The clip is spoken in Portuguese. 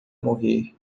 morrer